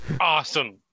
awesome